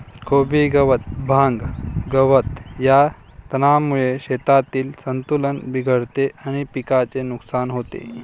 कोबी गवत, भांग, गवत या तणांमुळे शेतातील संतुलन बिघडते आणि पिकाचे नुकसान होते